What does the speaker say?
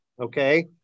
okay